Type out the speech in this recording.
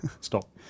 Stop